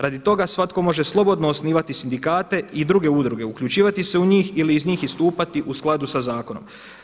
Radi toga svatko može slobodno osnivati sindikate i druge udruge, uključivati se u njih ili iz njih istupati u skladu sa zakonom.